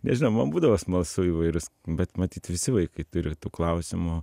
nežinau man būdavo smalsu įvairius bet matyt visi vaikai turi tų klausimų